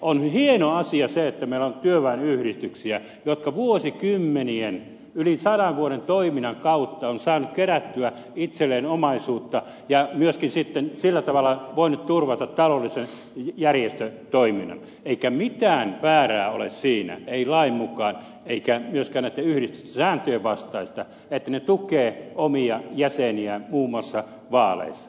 on hieno asia se että meillä on työväenyhdistyksiä jotka vuosikymmenien yli sadan vuoden toiminnan kautta ovat saaneet kerättyä itselleen omaisuutta ja myöskin sitten sillä tavalla voineet turvata taloudellisen järjestötoiminnan eikä mitään väärää ole siinä ei lain mukaan eikä myöskään näitten yhdistysten sääntöjen vastaista että ne tukevat omia jäseniään muun muassa vaaleissa